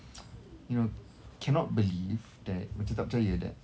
you know cannot believe that macam tak percaya that